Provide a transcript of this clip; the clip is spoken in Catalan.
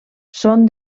són